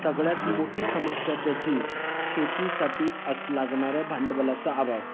सगळ्यात मोठी समस्या त्याची शेतीसाठी असं लागणारं भांडवलाचा अभाव